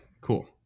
cool